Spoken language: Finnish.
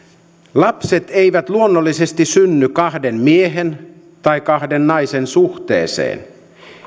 lapset eivät luonnollisesti synny kahden miehen tai kahden naisen suhteeseen